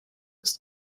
ist